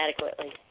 adequately